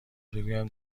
بگویم